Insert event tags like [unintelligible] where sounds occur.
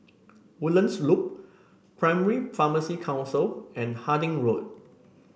Woodlands Loop [unintelligible] Pharmacy Council and Harding Road